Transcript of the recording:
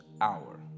hour